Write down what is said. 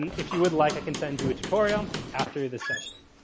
and if you would like, i can send you a tutorial after this session.